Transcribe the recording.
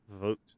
Vote